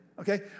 Okay